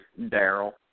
Daryl